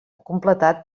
completat